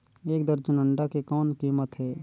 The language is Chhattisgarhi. एक दर्जन अंडा के कौन कीमत हे?